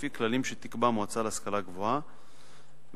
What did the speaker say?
לפי כללים שתקבע המועצה להשכלה גבוהה ולאחר